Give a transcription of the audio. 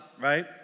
Right